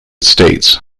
states